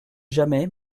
jamais